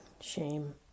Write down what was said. Shame